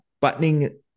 buttoning